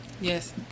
Yes